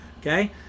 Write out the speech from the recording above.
okay